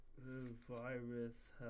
virus